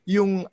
Yung